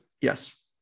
Yes